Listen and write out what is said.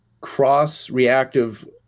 cross-reactive